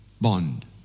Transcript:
bond